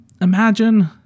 imagine